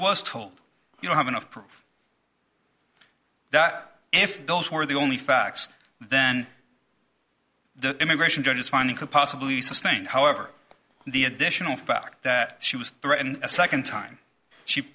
was told you don't have enough proof that if those were the only facts then the immigration judges finally could possibly sustain however the additional fact that she was threatened a second time she